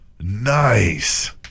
Nice